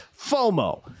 FOMO